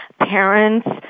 Parents